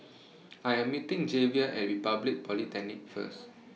I Am meeting Javier At Republic Polytechnic First